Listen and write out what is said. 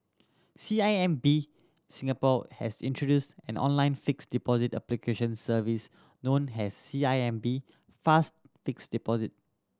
C I M B Singapore has introduced an online fixed deposit application service known as C I M B Fast Fixed Deposit